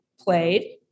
played